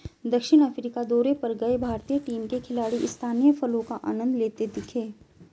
दक्षिण अफ्रीका दौरे पर गए भारतीय टीम के खिलाड़ी स्थानीय फलों का आनंद लेते दिखे